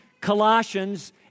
Colossians